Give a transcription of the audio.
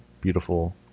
beautiful